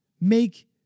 make